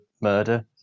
murder